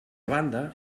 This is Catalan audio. banda